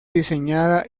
diseñada